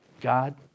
God